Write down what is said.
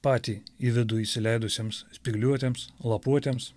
patį į vidų įsileidusiems spygliuočiems lapuotiems